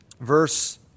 verse